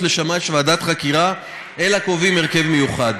לשמש ועדת חקירה אלא קובעים הרכב מיוחד.